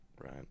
right